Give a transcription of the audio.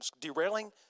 derailing